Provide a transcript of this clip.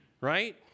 Right